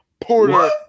Porter